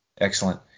Excellent